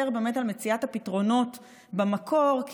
יותר על מציאת הפתרונות במקור.